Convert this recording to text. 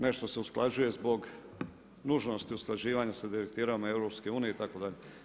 Nešto se usklađuje zbog nužnosti usklađivanja sa Direktivnom EU itd.